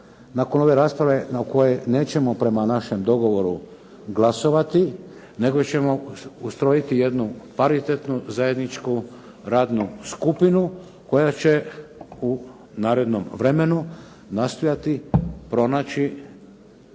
nakon ove rasprave na kojoj nećemo prema našem dogovoru glasovati, nego ćemo ustrojiti jednu paritetnu zajedničku radnu skupinu koja će u narednom vremenu nastojati pronaći